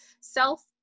self